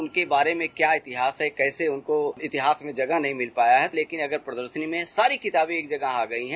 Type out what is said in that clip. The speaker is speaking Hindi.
उनके बारे में क्या इतिहास है कैसे उनको इतिहास में जगह नहीं मिल पाया है लेकिन अगर प्रदर्शनी में सारी किताबें एक जगह आ गई हैं